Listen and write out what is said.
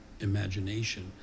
imagination